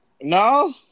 No